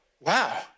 wow